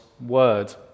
word